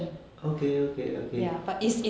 okay okay okay